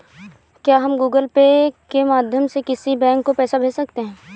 क्या हम Google Pay के माध्यम से किसी बैंक को पैसे भेज सकते हैं?